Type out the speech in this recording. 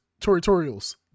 tutorials